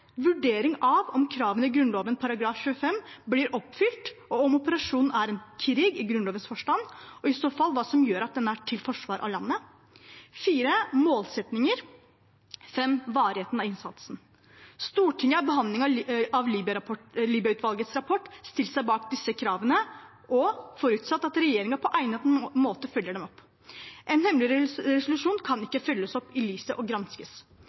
vurdering av om kravene i Grunnloven § 25 blir oppfylt og en vurdering av om operasjonen er en «krig» i Grunnlovens forstand, og i så fall hva som gjør at den er «til forsvar av landet» målsettinger og varighet av innsatsen Stortingets behandling av Libya-utvalgets rapport stiller seg bak disse kravene og forutsetter at regjeringen på egnet måte følger dem opp. En hemmelig resolusjon kan ikke følges opp i lyset og granskes.